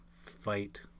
fight